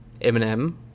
eminem